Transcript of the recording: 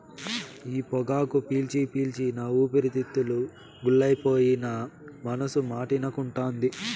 ఈ పొగాకు పీల్చి పీల్చి నా ఊపిరితిత్తులు గుల్లైపోయినా మనసు మాటినకుంటాంది